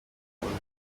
umuntu